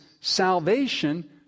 salvation